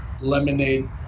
lemonade